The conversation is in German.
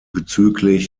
bzgl